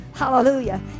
hallelujah